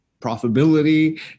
profitability